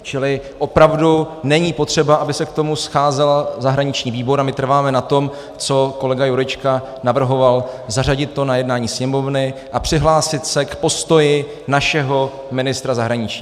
Čili opravdu není potřeba, aby se k tomu scházel zahraniční výbor, a my trváme na tom, co kolega Jurečka navrhoval, zařadit to na jednání Sněmovny a přihlásit se k postoji našeho ministra zahraničí.